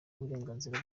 uburenganzira